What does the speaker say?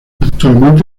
actualmente